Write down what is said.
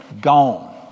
gone